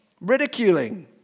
ridiculing